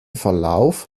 verlauf